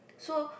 so